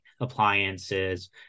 appliances